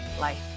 life